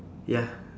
ya